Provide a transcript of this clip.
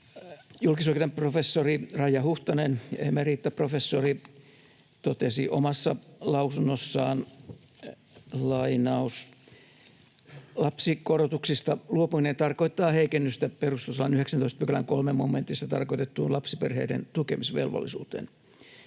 Julkisoikeuden emeritaprofessori Raija Huhtanen totesi omassa lausunnossaan: ”Lapsikorotuksista luopuminen tarkoittaa heikennystä perustuslain 19 §:n 3 momentissa tarkoitettuun lapsiperheiden tukemisvelvollisuuteen.